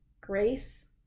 Grace